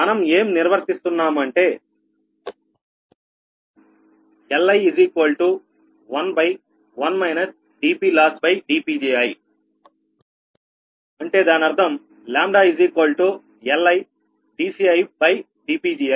మనం ఏం నిర్వర్తిస్తునన్నామంటే Li11 dPLossdPgiదానర్థం మనం ఏం నిర్వర్తిస్తునన్నామంటే LidCidPgi